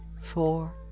four